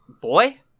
boy